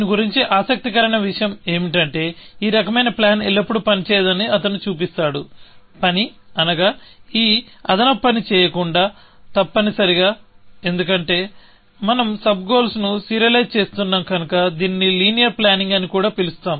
దీని గురించి ఆసక్తికరమైన విషయం ఏమిటంటే ఈ రకమైన ప్లాన్ ఎల్లప్పుడూ పనిచేయదని అతను చూపిస్తాడు పని అనగా ఈ అదనపు పని చేయకుండా తప్పనిసరిగా ఎందుకంటే మనం సబ్ గోల్స్ ను సీరియలైజ్ చేస్తున్నాం కనుక దీనిని లీనియర్ ప్లానింగ్ అని కూడా పిలుస్తాం